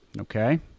Okay